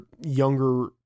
younger